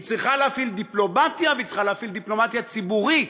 היא צריכה להפעיל דיפלומטיה והיא צריכה להפעיל דיפלומטיה ציבורית,